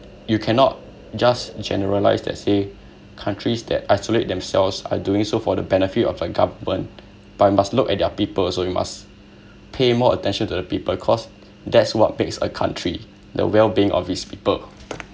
you cannot just generalise that say countries that isolate themselves are doing so for the benefit of the government but must look at their people also you must pay more attention to the people cause that's what makes a country the wellbeing of its people